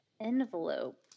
envelope